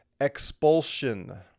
expulsion